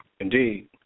Indeed